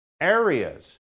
areas